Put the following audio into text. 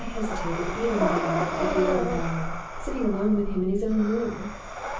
i hesitated even now, at the eleventh hour, sitting alone with him in his own room.